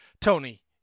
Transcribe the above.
Tony